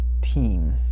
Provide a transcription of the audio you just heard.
team